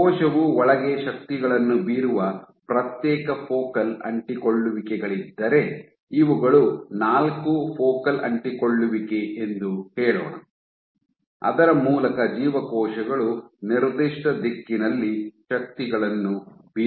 ಕೋಶವು ಒಳಗೆ ಶಕ್ತಿಗಳನ್ನು ಬೀರುವ ಪ್ರತ್ಯೇಕ ಫೋಕಲ್ ಅಂಟಿಕೊಳ್ಳುವಿಕೆಗಳಿದ್ದರೆ ಇವುಗಳು ನಾಲ್ಕು ಫೋಕಲ್ ಅಂಟಿಕೊಳ್ಳುವಿಕೆ ಎಂದು ಹೇಳೋಣ ಅದರ ಮೂಲಕ ಜೀವಕೋಶಗಳು ನಿರ್ದಿಷ್ಟ ದಿಕ್ಕಿನಲ್ಲಿ ಶಕ್ತಿಗಳನ್ನು ಬೀರುತ್ತವೆ